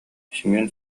семен